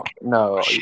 No